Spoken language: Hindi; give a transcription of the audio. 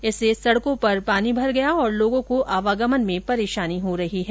जिससे सडकों पर पानी भर गया है और लोगों को आवागमन में परेशानी हो रही है